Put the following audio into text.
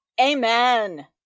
Amen